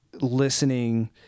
listening